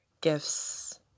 gifts